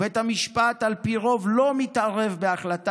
ובית המשפט על פי רוב לא מתערב בהחלטת